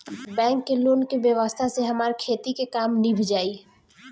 bank के loan के व्यवस्था से हमार खेती के काम नीभ जाई